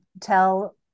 tell